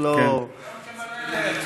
זה לא, נקים ועדה.